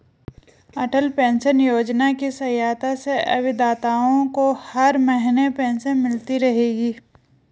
अटल pension Yojana की सहायता से अभिदाताओं को हर महीने पेंशन मिलती रहेगी